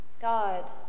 God